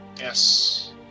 Yes